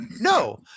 No